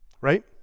right